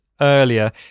earlier